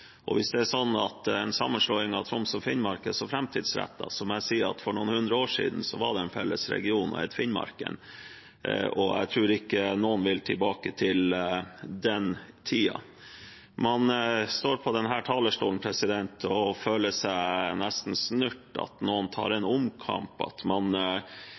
Hvis det er sånn at en sammenslåing av Troms og Finnmark er så framtidsrettet, må jeg si at for noen hundre år siden var det en felles region og het Finnmarken, og jeg tror ikke noen vil tilbake til den tiden. Man står på denne talerstolen og føler seg nesten snurt – at noen tar en omkamp, at man